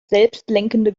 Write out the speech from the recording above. selbstlenkende